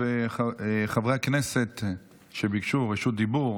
חברי הכנסת שביקשו רשות דיבור,